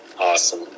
Awesome